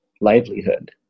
livelihood